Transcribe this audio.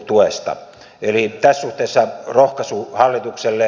eli tässä suhteessa rohkaisu hallitukselle